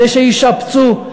כדי שישפצו,